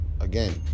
again